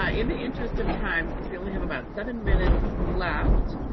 ah in the interest of time, since we only have about seven minutes left,